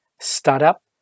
Startup